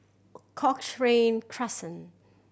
Cochrane Crescent